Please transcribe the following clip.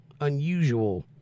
unusual